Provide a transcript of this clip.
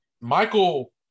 Michael